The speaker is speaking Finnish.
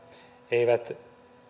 eivät